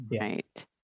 Right